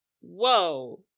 whoa